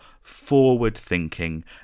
forward-thinking